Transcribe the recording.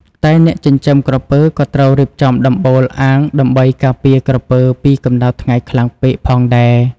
តែអ្នកចិញ្ចឹមក្រពើក៏ត្រូវរៀបចំដំបូលអាងដើម្បីការពារក្រពើពីកម្ដៅថ្ងៃខ្លាំងពេកផងដែរ។